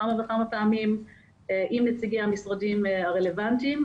כמה וכמה פעמים עם נציגי המשרדים הרלוונטיים,